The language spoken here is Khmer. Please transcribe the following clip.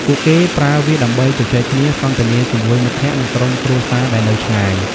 ពួកគេប្រើវាដើម្បីជជែកគ្នា សន្ទនាជាមួយមិត្តភក្តិ និងក្រុមគ្រួសារដែលនៅឆ្ងាយ។